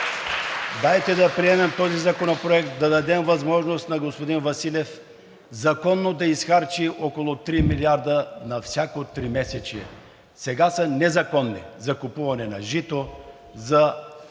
Дайте да приемем този законопроект, да дадем възможност на господин Василев законно да изхарчи около три милиарда на всяко тримесечие. Сега са незаконни – за купуване на жито, за... Взимат